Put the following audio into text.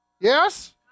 Yes